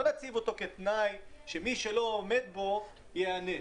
נציב אותו כתנאי שמי שלא עומד בו ייענש,